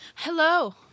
Hello